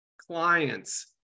clients